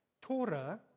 Torah